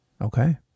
Okay